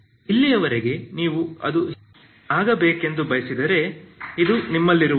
ಇಲ್ಲಿಯವರೆಗೆ ನೀವು ಇದು ಆಗಬೇಕೆಂದು ಬಯಸಿದರೆ ಇದು ನಿಮ್ಮಲ್ಲಿರುವುದು